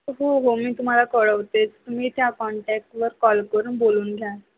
हो हो मी तुम्हाला कळवतेच तुम्ही त्या कॉन्टॅक्टवर कॉल करून बोलून घ्या